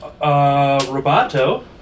Roboto